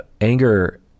Anger